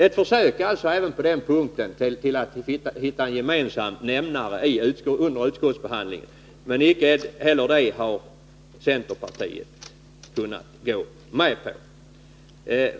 Vi gjorde alltså ett försök även på den här punkten att hitta en gemensam nämnare under utskottsbehandlingen, men icke heller det har centerpartiet kunnat gå med på.